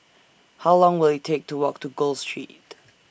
How Long Will IT Take to Walk to Gul Street